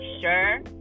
sure